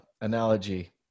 analogy